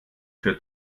für